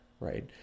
right